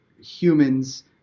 humans